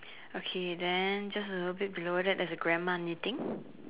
okay then just a little bit below that is a grandma knitting